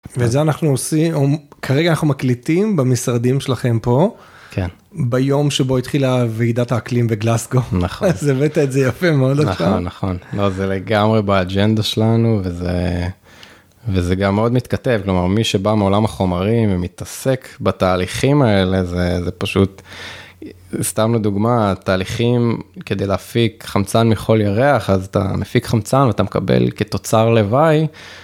וזה אנחנו עושים, כרגע אנחנו מקליטים במשרדים שלכם פה, ביום שבו התחילה ועידת האקלים בגלאזגו. -נכון. -אז הבאת את זה יפה --נכון, נכון, זה לגמרי באג'נדה שלנו, וזה גם עוד מתכתב, כלומר מי שבא מעולם החומרים, מתעסק בתהליכים האלה, זה פשוט... סתם לדוגמה, תהליכים כדי להפיק חמצן מחול ירח, אז אתה מפיק חמצן, אתה מקבל כתוצר לוואי.